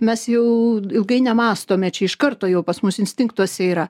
mes jau ilgai nemąstome čia iš karto pas mus instinktuose yra